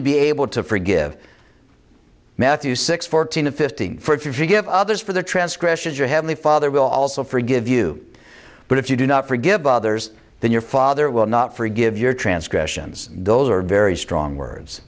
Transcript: to be able to forgive matthew six fourteen fifteen for if you forgive others for their transgressions your heavenly father will also forgive you but if you do not forgive others then your father will not forgive your transgressions those are very strong words